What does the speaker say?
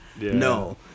no